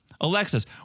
Alexis